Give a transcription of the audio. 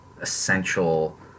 essential